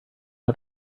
out